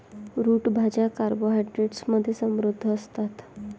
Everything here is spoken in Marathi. रूट भाज्या कार्बोहायड्रेट्स मध्ये समृद्ध असतात